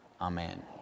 Amen